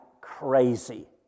crazy